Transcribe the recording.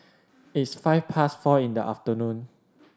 its five past four in the afternoon